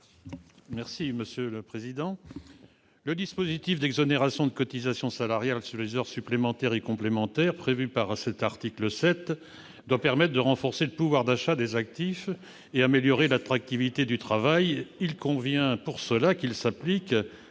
n° 149 rectifié. Le dispositif d'exonération de cotisations salariales sur les heures supplémentaires et complémentaires prévu par l'article 7 doit permettre de renforcer le pouvoir d'achat des actifs et d'améliorer l'attractivité du travail. Il convient pour cela qu'il s'applique